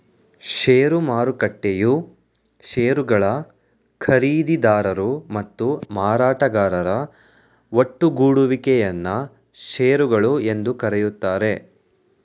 ಷೇರು ಮಾರುಕಟ್ಟೆಯು ಶೇರುಗಳ ಖರೀದಿದಾರರು ಮತ್ತು ಮಾರಾಟಗಾರರ ಒಟ್ಟುಗೂಡುವಿಕೆ ಯನ್ನ ಶೇರುಗಳು ಎಂದು ಕರೆಯುತ್ತಾರೆ